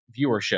viewership